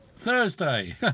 Thursday